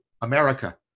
America